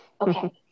okay